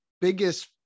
biggest